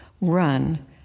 run